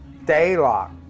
Daylock